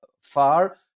far